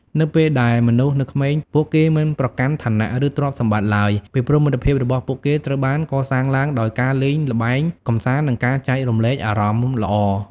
នៅពេលដែលមនុស្សនៅក្មេង ពួកគេមិនប្រកាន់ឋានៈ ឬទ្រព្យសម្បត្តិឡើយ ពីព្រោះមិត្តភាពរបស់ពួកគេត្រូវបានកសាងឡើងដោយការលេងល្បែងកម្សាន្តនិងការចែករំលែកអារម្មណ៍ល្អ។